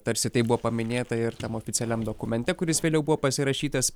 tarsi tai buvo paminėta ir tam oficialiam dokumente kuris vėliau buvo pasirašytas